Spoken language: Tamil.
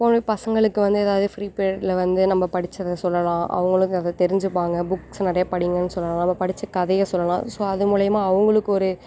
போய் பசங்களுக்குக்கு வந்து எதாவது ஃபிரீ பீரியட்டில் வந்து நம்ம படிச்சதை சொல்லலாம் அவங்களும் அதை தெரிஞ்சிப்பாங்க புக்ஸ் நிறைய படிங்கன்னு சொல்லலாம் நம்ம படித்த கதையை சொல்லலாம் ஸோ அது மூலையமாக அவங்களுக்கு ஒரு